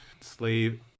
slave